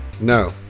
No